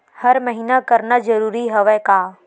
हर महीना करना जरूरी हवय का?